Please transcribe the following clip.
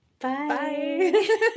bye